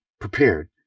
prepared